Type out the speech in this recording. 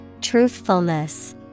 Truthfulness